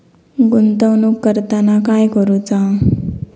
गुंतवणूक करताना काय करुचा?